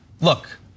look